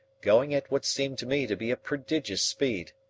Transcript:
going at what seemed to me to be a prodigious speed.